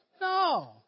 No